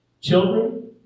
children